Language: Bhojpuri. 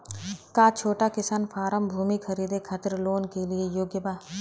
का छोटा किसान फारम भूमि खरीदे खातिर लोन के लिए योग्य बा?